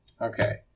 Okay